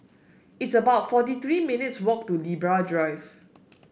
it's about forty three minutes' walk to Libra Drive